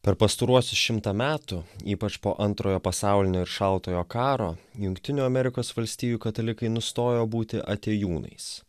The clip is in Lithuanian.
per pastaruosius šimtą metų ypač po antrojo pasaulinio ir šaltojo karo jungtinių amerikos valstijų katalikai nustojo būti atėjūnais